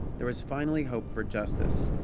there was finally hope for justice.